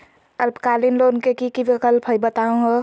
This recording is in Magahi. अल्पकालिक लोन के कि कि विक्लप हई बताहु हो?